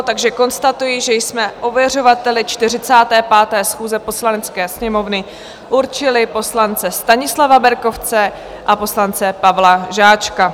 Takže konstatuji, že jsme ověřovateli 45. schůze Poslanecké sněmovny určili poslance Stanislava Berkovce a poslance Pavla Žáčka.